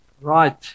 right